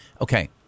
okay